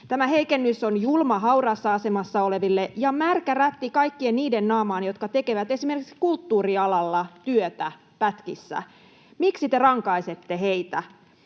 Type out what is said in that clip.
Tämä heikennys on julma hauraassa asemassa oleville ja märkä rätti kaikkien niiden naamaan, jotka tekevät esimerkiksi kulttuurialalla työtä pätkissä. Miksi te rankaisette heitä?